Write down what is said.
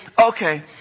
okay